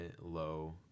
low